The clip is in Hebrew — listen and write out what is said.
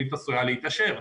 התוכנית עשויה להיות מאושרת.